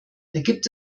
gibt